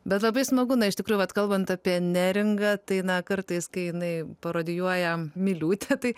bet labai smagu na iš tikrųjų vat kalbant apie neringą tai na kartais kai jinai parodijuoja miliūtę tai